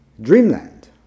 dreamland